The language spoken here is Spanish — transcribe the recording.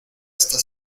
esta